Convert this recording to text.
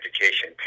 education